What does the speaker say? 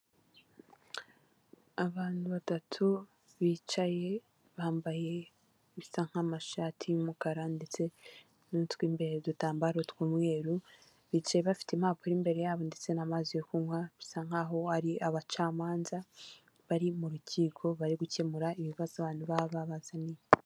Abantu batatu bicaye bambaye ibisa nk'amashati y'umukara ndetse n'utw'imbere udutambaro tw'umweru, bicaye bafite impapuro imbere yabo ndetse n'amazi yo kunywa bisa nk'aho ari abacamanza bari mu rukiko bari gukemura ibibazo abantu baba babazaniye.